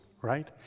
right